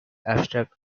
abstract